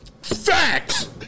Facts